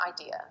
idea